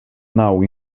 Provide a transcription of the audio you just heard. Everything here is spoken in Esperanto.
naŭ